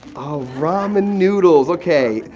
oh, ramen noodles, okay.